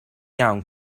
iawn